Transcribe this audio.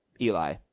Eli